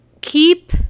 keep